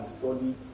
study